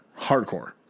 Hardcore